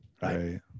Right